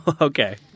Okay